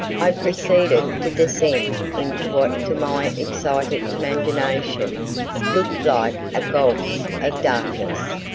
i proceeded to descend into what to my excited imagination looked like a gulf of darkness.